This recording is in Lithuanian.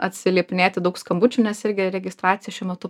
atsiliepinėti daug skambučių nes irgi registracija šiuo metu